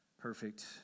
perfect